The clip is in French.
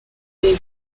des